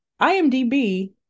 IMDb